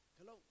Hello